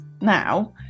now